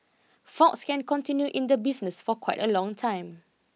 Fox can continue in the business for quite a long time